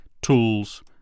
tools